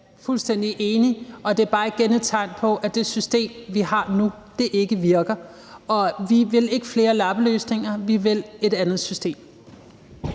fuldstændig enig i, og det er bare igen et tegn på, at det system, vi har nu, ikke virker. Og vi vil ikke flere lappeløsninger. Vi vil et andet system.